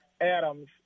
adams